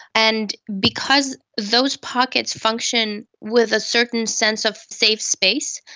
and because those pockets function with a certain sense of safe space,